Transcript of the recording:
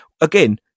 Again